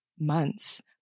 months